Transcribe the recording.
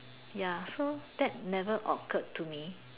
ya so that never occurred to me